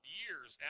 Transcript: years